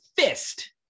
Fist